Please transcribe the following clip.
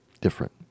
different